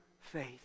faith